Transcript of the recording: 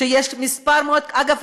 אגב,